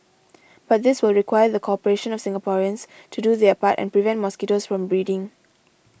but this will require the cooperation of Singaporeans to do their part and prevent mosquitoes from breeding